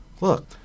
Look